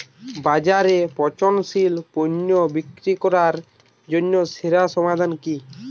বাজারে পচনশীল পণ্য বিক্রি করার জন্য সেরা সমাধান কি?